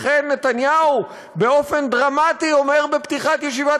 לכן נתניהו באופן דרמטי אומר בפתיחת ישיבת